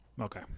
Okay